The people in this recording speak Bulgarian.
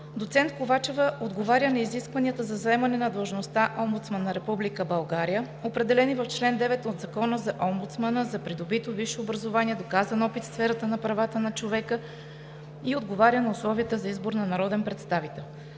Доцент Ковачева отговаря на изискванията за заемане на длъжността Омбудсман на Република България, определени в чл. 9 от Закона за омбудсмана – за придобито висше образование, доказан опит в сферата на правата на човека и отговаря на условията за избор на народен представител.